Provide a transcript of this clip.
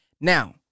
Now